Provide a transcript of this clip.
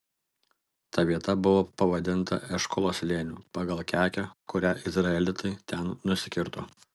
ta vieta buvo pavadinta eškolo slėniu pagal kekę kurią izraelitai ten nusikirto